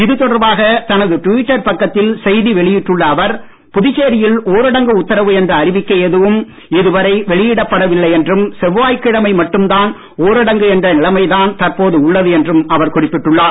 இது தொடர்பாக தனது ட்விட்டர் பக்கத்தில் செய்தி வெளியிட்டுள்ள அவர் புதுச்சேரியில் ஊரடங்கு உத்தரவு என்ற அறிவிக்கை எதுவும் இதுவரை வெளியிடப்படவில்லை என்றும் செவ்வாய்க்கிழமை மட்டும்தான் ஊரடங்கு என்ற நிலைமைதான் தற்போது உள்ளது என்றும் அவர் குறிப்பிட்டுள்ளார்